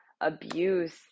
abuse